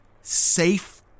safe